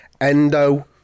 Endo